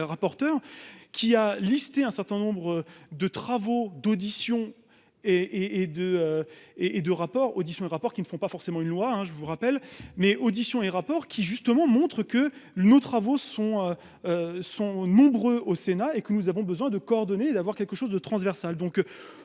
qui a listé un certain nombre de travaux d'audition et et de. Et et de rapports Odysseum rapport qui ne font pas forcément une loi hein. Je vous rappelle mais audition et rappeur qui justement montrent que nos travaux sont. Sont nombreux au Sénat et que nous avons besoin de coordonner et d'avoir quelque chose de transversal,